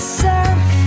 surf